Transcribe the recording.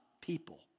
people